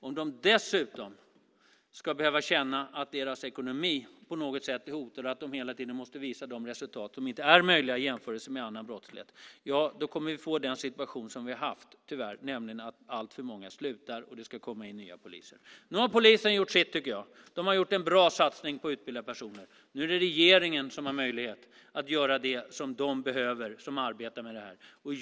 Om dessa poliser dessutom ska behöva känna att deras ekonomi på något sätt är hotad, och att de hela tiden måste visa resultat som inte är möjliga i jämförelse med annan brottslighet, kommer vi att få den situation som vi tyvärr har haft, nämligen att alltför många slutar, och det måste komma in nya poliser. Polisen har gjort sitt, tycker jag. De har gjort en bra satsning på att utbilda personer. Nu är det regeringen som har möjlighet att ge dem som arbetar med det här det de behöver.